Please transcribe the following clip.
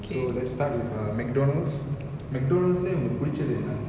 so let's start with uh mcdonald's mcdonald's லையே உங்களுக்கு புடிச்சது என்ன:laye ungalukku pudichathu enna